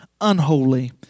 unholy